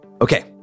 Okay